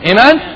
Amen